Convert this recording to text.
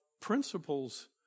principle's